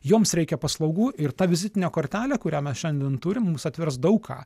joms reikia paslaugų ir ta vizitinė kortelė kurią mes šiandien turim mums atvers daug ką